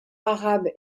arabe